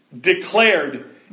declared